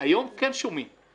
היום כן שומעים אותו.